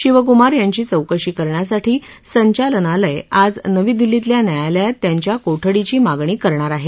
शिवकुमार यांची चौकशी करण्यासाठी संचालनालय आज नवी दिल्लीतल्या न्यायालयात त्यांच्या कोठडीची मागणी करणार आहे